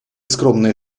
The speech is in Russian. скромные